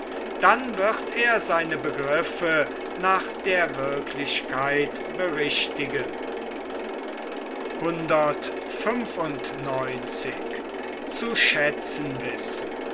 dann wird er seine begriffe nach der wirklichkeit berichtigen